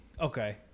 Okay